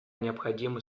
необходимы